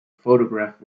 photograph